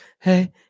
hey